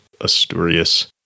Asturias